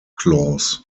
clause